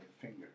finger